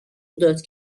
داد